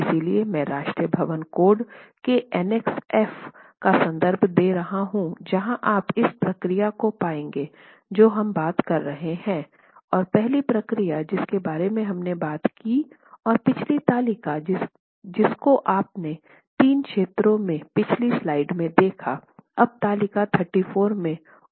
इसलिए मैं राष्ट्रीय भवन कोड के एनेक्स एफ का संदर्भ दे रहा हूं जहाँ आप इस प्रक्रिया को पाएंगे जो हम बात कर रहे हैं और पहली प्रक्रिया जिसके बारे में हमने बात की और पिछली तालिका जिसको आपने 3 क्षेत्रों की पिछली स्लाइड में देखा आप तालिका 34 में उसको पा सकते हैं